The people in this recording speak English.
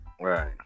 right